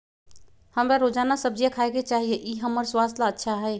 हमरा रोजाना सब्जिया खाय के चाहिए ई हमर स्वास्थ्य ला अच्छा हई